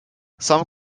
some